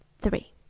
three